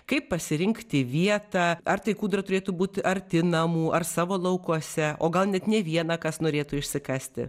kaip pasirinkti vietą ar tai kūdra turėtų būt arti namų ar savo laukuose o gal net ne vieną kas norėtų išsikasti